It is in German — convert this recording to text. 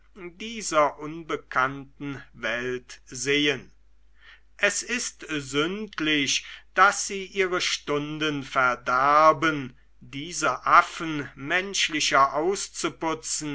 dieser unbekannten welt sehen es ist sündlich daß sie ihre stunden verderben diese affen menschlicher auszuputzen